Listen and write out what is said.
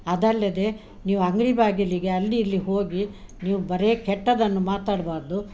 ಅದಲ್ಲದೆ ನೀವು ಅಂಗಡಿ ಬಾಗಿಲಿಗೆ ಅಲ್ಲಿ ಇಲ್ಲಿ ಹೋಗಿ ನೀವು ಬರೇ ಕೆಟ್ಟದ್ದನ್ನು ಮಾತಾಡ್ಬಾರದು